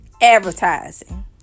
advertising